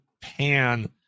pan